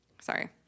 sorry